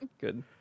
Good